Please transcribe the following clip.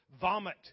vomit